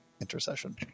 intercession